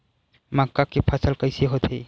मक्का के फसल कइसे होथे?